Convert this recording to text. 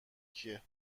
کیه